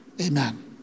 Amen